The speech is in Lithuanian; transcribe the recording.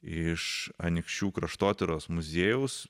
iš anykščių kraštotyros muziejaus